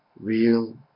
real